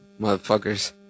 motherfuckers